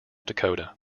dakota